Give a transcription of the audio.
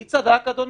מי צדק, אדוני?